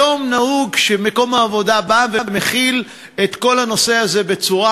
היום נהוג שמקום העבודה בא ומחיל את כל הנושא הזה בצורה